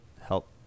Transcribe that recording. help